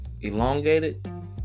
elongated